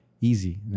Easy